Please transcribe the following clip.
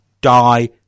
die